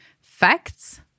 facts